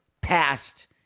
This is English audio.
passed